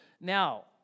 Now